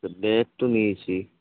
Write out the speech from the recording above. তা ব্যাগ তো নিয়েছি